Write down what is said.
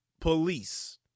police